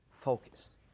Focus